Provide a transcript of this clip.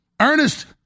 Ernest